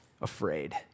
afraid